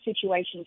situations